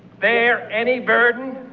bear any burden,